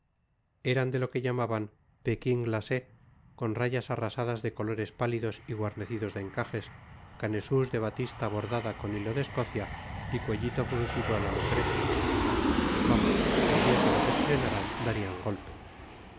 eran de lo que llamaban pekín glacé con rayas arrasadas de colores pálidos y guarnecidos de encajes canesús de batista bordada con hilo de escocia y cuellito fruncido a la lucrecia vamos que el día que los estrenaran darían golpe